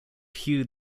hugh